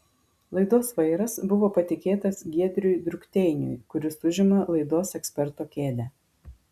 laidos vairas buvo patikėtas giedriui drukteiniui kuris užima laidos eksperto kėdę